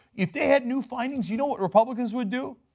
if they had new findings, you know what republicans would do?